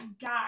God